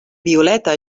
violeta